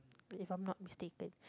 if I'm not mistaken